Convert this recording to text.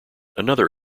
another